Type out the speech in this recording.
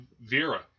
Vera